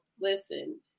Listen